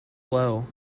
low